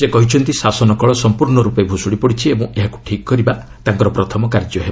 ସେ କହିଛନ୍ତି ଶାସନକଳ ସମ୍ପର୍ଶର୍ଣରୂପେ ଭୂଷୁଡ଼ି ପଡ଼ିଛି ଓ ଏହାକୁ ଠିକ୍ କରିବା ତାଙ୍କର ପ୍ରଥମ କାର୍ଯ୍ୟ ହେବ